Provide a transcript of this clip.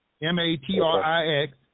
M-A-T-R-I-X